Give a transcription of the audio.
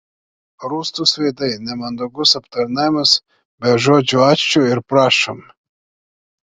rūstūs veidai nemandagus aptarnavimas be žodžių ačiū ir prašom